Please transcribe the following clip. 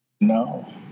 No